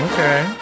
Okay